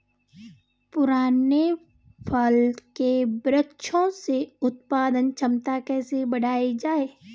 पुराने फल के वृक्षों से उत्पादन क्षमता कैसे बढ़ायी जाए?